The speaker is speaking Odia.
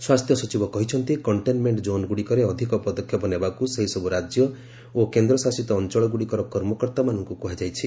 ସ୍ୱାସ୍ଥ୍ୟ ସଚିବ କହିଛନ୍ତି କଣ୍ଟେନ୍ମେଣ୍ଟ ଜୋନ୍ଗୁଡ଼ିକରେ ଅଧିକ ପଦକ୍ଷେପ ନେବାକୁ ସେହିସବୁ ରାଜ୍ୟ ଓ କେନ୍ଦ୍ରଶାସିତ ଅଞ୍ଚଳଗୁଡ଼ିକର କର୍ମକର୍ତ୍ତାମାନଙ୍କୁ କୁହାଯାଇଛି